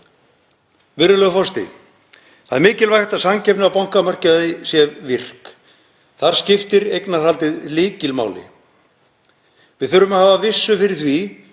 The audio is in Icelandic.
Virðulegur forseti. Það er mikilvægt að samkeppni á bankamarkaði sé virk. Þar skiptir eignarhaldið lykilmáli. Við þurfum að hafa vissu fyrir því